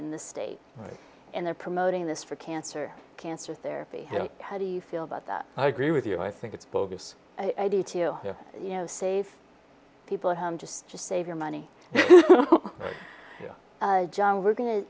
in the state and they're promoting this for cancer cancer therapy how do you feel about that i agree with you i think it's bogus idea to you know save people at home just to save your money here john we're go